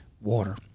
water